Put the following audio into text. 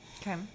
Okay